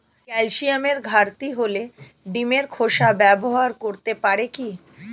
ক্যালসিয়ামের ঘাটতি হলে ডিমের খোসা ব্যবহার করতে পারি কি?